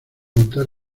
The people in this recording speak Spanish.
montar